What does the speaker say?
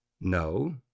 No